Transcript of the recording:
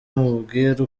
umubwira